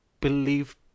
believe